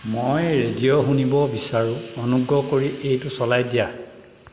মই ৰেডিঅ' শুনিব বিচাৰোঁ অনুগ্ৰহ কৰি এইটো চলাই দিয়া